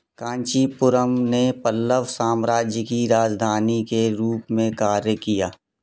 कांचीपुरम ने पल्लव साम्राज्य की राजधानी के रूप में कार्य किया